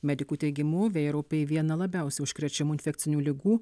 medikų teigimu vėjaraupiai viena labiausiai užkrečiamų infekcinių ligų